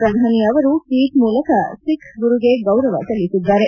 ಪ್ರಧಾನಿ ಅವರು ಟಿಲ್ಲಟ್ ಮೂಲಕ ಸಿಖ್ ಗುರುಗೆ ಗೌರವ ಸಲ್ಲಿಸಿದ್ದಾರೆ